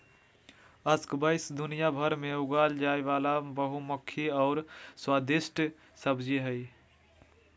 squash दुनियाभर में उगाल जाय वला बहुमुखी और स्वादिस्ट सब्जी हइ